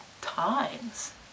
times